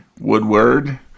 Woodward